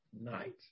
Night